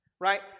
right